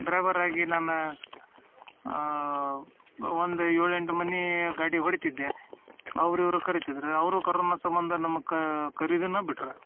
driver ಆಗಿ ನಾನು ಒಂದು ಏಳು ಎಂಟು ಮನೆ ಗಾಡಿ ಹೊಡಿತಿದ್ದೆ ಅವ್ರು ಇವರು ಕರಿತಿದ್ರು ಅವರು ಕರೋನ ಸಂಬಂಧ ನಮ್ಮ ಕರೆಯುವುದನ್ನ ಬಿಟ್ರೆ